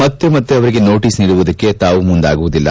ಮತ್ತೆ ಮತ್ತೆ ಅವರಿಗೆ ನೋಟಸ್ ನೀಡುವುದಕ್ಕೆ ತಾವು ಮುಂದಾಗುವುದಿಲ್ಲ